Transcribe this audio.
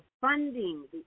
funding